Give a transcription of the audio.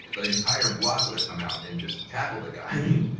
the entire block would've come out and just tackled the guy, i mean